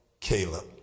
Caleb